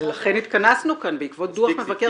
לכן התכנסנו כאן, בעקבות דו"ח מבקר המדינה.